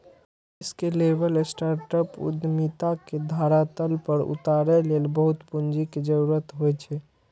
scalable startup उद्यमिता के धरातल पर उतारै लेल बहुत पूंजी के जरूरत होइ छै